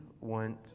want